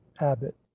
abbott